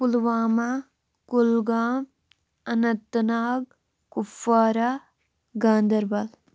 Pulwama Kulgam Anantnag Kupwara Ganderbal